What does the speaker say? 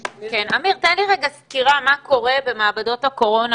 לי רגע סקירה מה קורה במעבדות הקורונה,